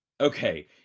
okay